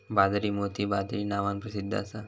बाजरी मोती बाजरी नावान प्रसिध्द असा